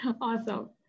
awesome